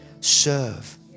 serve